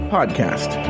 podcast